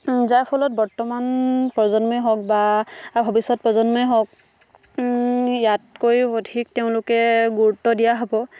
যাৰ ফলত বৰ্তমান প্ৰজন্মই হওক বা ভৱিষ্যত প্ৰজন্মই হওক ইয়াতকৈ অধিক তেওঁলোকে গুৰুত্ব দিয়া হ'ব